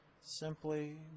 simply